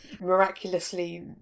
miraculously